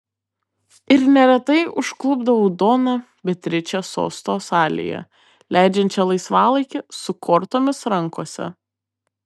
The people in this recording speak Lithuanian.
ir neretai užklupdavau doną beatričę sosto salėje leidžiančią laisvalaikį su kortomis rankose